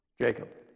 Jacob